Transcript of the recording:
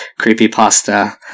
creepypasta